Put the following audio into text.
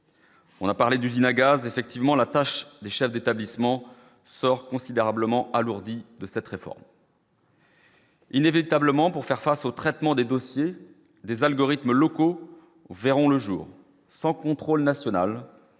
On a parlé d'usine à gaz effectivement la tâche, les chefs d'établissement sort considérablement alourdi de cette réforme. Inévitablement, pour faire face au traitement des dossiers des algorithmes locaux verront le jour, sans contrôle national